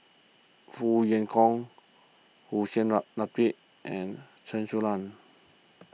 Foo Kwee Horng Hussein la lap and Chen Su Lan